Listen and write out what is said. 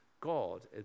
God